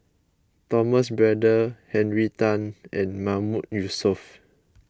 Thomas Braddell Henry Tan and Mahmood Yusof